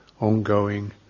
ongoing